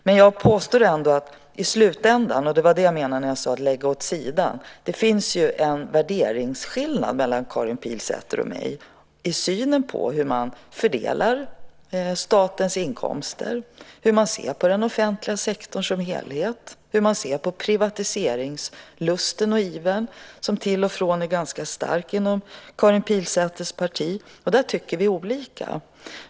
Men jag påstår ändå att det i slutändan, och det var det jag menade när jag sade lägga åt sidan, finns en värderingsskillnad mellan Karin Pilsäter och mig i synen på hur man fördelar statens inkomster, hur man ser på den offentliga sektorn som helhet, hur man ser på privatiseringslusten och ivern, som till och från är ganska stark inom Karin Pilsäters parti. Där tycker vi olika.